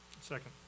Second